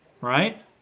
right